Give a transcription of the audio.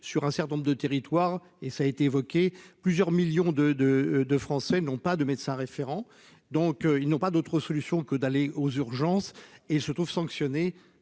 sur un certain nombre de territoires et ça a été évoqué plusieurs millions de de de Français n'ont pas de médecin référent donc ils n'ont pas d'autre solution que d'aller aux urgences et se trouve sanctionné